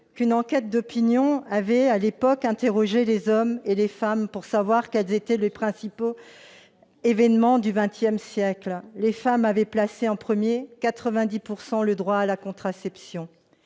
qu'une enquête d'opinion avait à l'époque interrogé les hommes et les femmes pour savoir quels étaient à leurs yeux les principaux événements du XX siècle. Les femmes avaient placé en premier, à 90 %, le droit à la contraception,